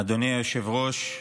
אדוני היושב-ראש,